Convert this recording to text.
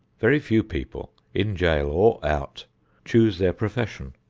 very few people in jail or out choose their profession.